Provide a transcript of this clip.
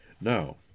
Now